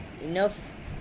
enough